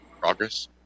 Progress